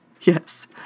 Yes